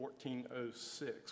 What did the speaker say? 1406